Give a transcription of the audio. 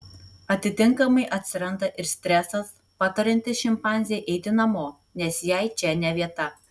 atitinkamai atsiranda ir stresas patariantis šimpanzei eiti namo nes jai čia ne vieta